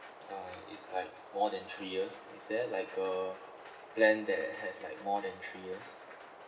uh it's like more than three years is there like a plan that has like more than three years